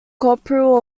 corporal